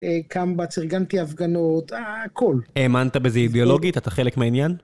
קמב"ץ אירגנתי הפגנות, הכול. האמנת בזה אידיאולוגית? אתה חלק מעניין?